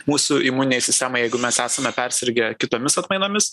mūsų imuninei sistemai jeigu mes esame persirgę kitomis atmainomis